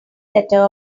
letter